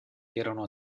erano